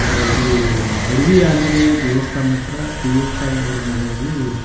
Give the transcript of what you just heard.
ಅಂದರೆ ಇಲ್ಲಿ ಅಡವಿ ಆಂಜನೇಯ ದೇವಸ್ಥಾನ್ದ ಹತ್ತಿರ ಪಿ ಎಸ್ ಐ ಅವರ ಮನೆಯಲ್ಲಿ